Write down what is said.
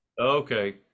Okay